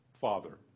father